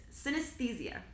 Synesthesia